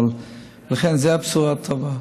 אבל זו הבשורה הטובה.